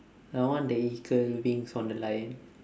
I want the eagle wings on the lion